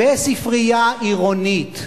וספרייה עירונית.